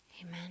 Amen